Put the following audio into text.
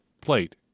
plate